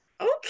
okay